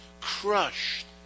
crushed